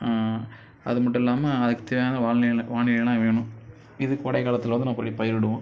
அது மட்டும் இல்லாம அதுக்கு தேவையான வாழ்நிலை வானிலைலாம் வேணும் இது கோடைக்காலத்தில் வந்து நம்ம பயிரிடுவோம்